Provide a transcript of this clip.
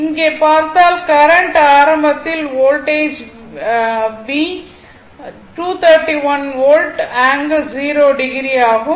இதை பார்த்தால் கரண்ட் ஆரம்பத்தில் வோல்டேஜ் V231∠0o ஆகும்